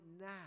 now